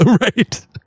Right